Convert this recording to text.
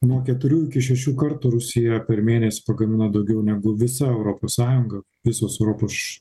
nuo keturių iki šešių kartų rusija per mėnesį pagamina daugiau negu visa europos sąjunga visos europoš